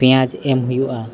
ᱯᱮᱸᱭᱟᱡᱽ ᱮᱢ ᱦᱩᱭᱩᱜᱼᱟ